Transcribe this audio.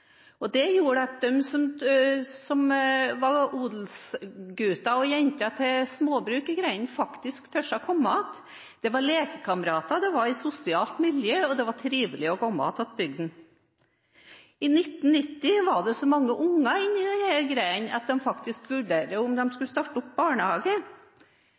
og det gjorde at odelsgutter og -jenter til småbruk i grenda faktisk turte å komme. Det var lekekamerater, det var et sosialt miljø, og det var trivelig å komme tilbake til bygda. I 1990 var det så mange unger i denne grenda at de faktisk vurderte om de skulle starte opp barnehage.